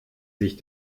sich